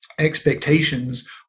Expectations